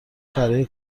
برای